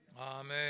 Amen